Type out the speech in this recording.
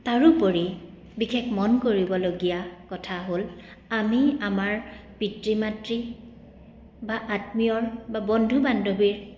তাৰোপৰি বিশেষ মন কৰিবলগীয়া কথা হ'ল আমি আমাৰ পিতৃ মাতৃ বা আত্মীয়ৰ বা বন্ধু বান্ধৱীৰ